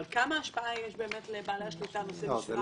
כמה השפעה יש לבעלי השליטה, נושאי משרה?